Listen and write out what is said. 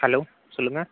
hello சொல்லுங்கள்